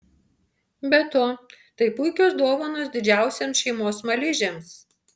be to tai puikios dovanos didžiausiems šeimos smaližiams